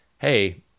Hey